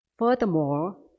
Furthermore